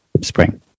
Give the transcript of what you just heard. spring